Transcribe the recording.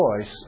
choice